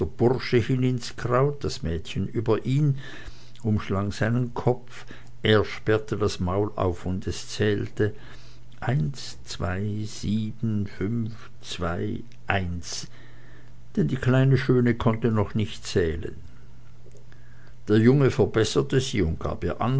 ins kraut das mädchen über ihn umschlang seinen kopf er sperrte das maul auf und es zählte eins zwei sieben fünf zwei eins denn die kleine schöne konnte noch nicht zählen der junge verbesserte sie und